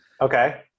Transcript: Okay